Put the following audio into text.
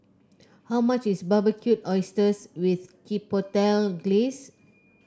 how much is Barbecued Oysters with Chipotle Glaze